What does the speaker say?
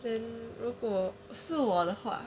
then 如果是我的话